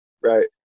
Right